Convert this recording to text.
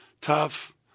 tough